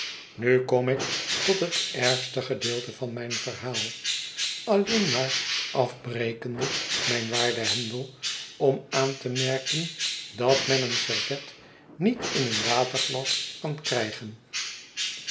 nu kom ik tot het ergste gedeelte van mijn verhaal alleen maar afbrekende mijn waarde handel om aan te merken dat men een servet niet in een waterglas kan krijgen